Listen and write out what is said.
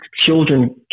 children